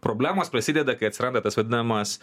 problemos prasideda kai atsiranda tas vadinamas